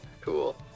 Cool